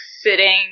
sitting